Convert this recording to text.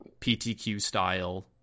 PTQ-style